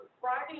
Friday